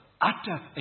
utter